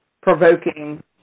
provoking